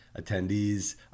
attendees